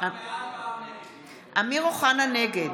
(קוראת בשם חבר הכנסת) אמיר אוחנה, נגד